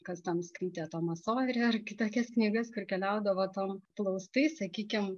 kas ten skaitė tomą sojerį ar kitokias knygas kur keliaudavo tom plaustais sakykim